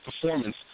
performance